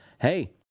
hey